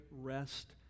rest